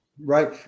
Right